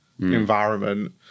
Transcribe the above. environment